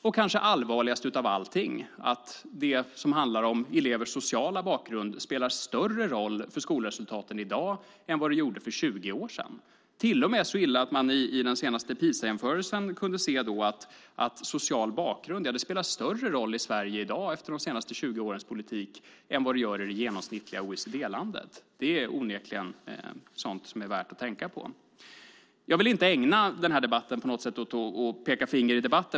Det kanske allvarligaste av allting är att det som handlar om elevers sociala bakgrund spelar större roll för skolresultaten i dag än vad det gjorde för 20 år sedan. Det är till och med så illa att man i den senaste PISA-undersökningen kunde se att social bakgrund spelar större roll i dag efter de senaste 20 årens politik än i det genomsnittliga OECD-landet. Det är onekligen sådant som är värt att tänka på. Jag vill inte ägna min tid åt att på något sätt peka finger i debatten.